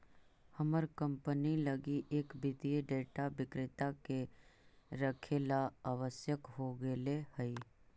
हमर कंपनी लगी एक वित्तीय डेटा विक्रेता के रखेला आवश्यक हो गेले हइ